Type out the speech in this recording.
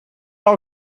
all